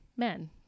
Men